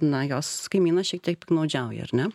na jos kaimynas šiek tiek piktnaudžiauja ar ne